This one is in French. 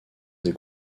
des